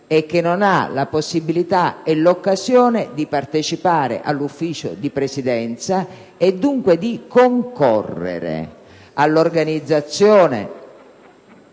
che non ha la possibilità o l'occasione di partecipare al Consiglio di Presidenza e, dunque, di concorrere all'organizzazione